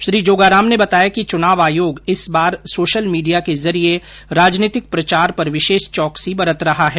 श्री जोगाराम ने बताया कि चुनाव आयोग इस बार सोशल मीडिया के जरिये राजनीतिक प्रचार पर विशेष चौकसी बरत रहा है